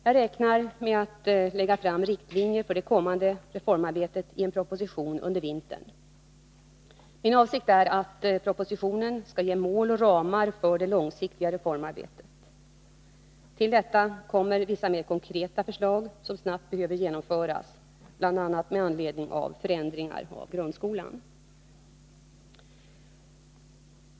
Jag räknar med att lägga fram riktlinjer för det kommande reformarbetet i en proposition under vintern. Min avsikt är att propositionen skall ge mål och ramar för det långsiktiga reformarbetet. Till detta kommer vissa mera konkreta förslag som snabbt behöver genomföras, bl.a. med anledning av förändringar av grundskolan.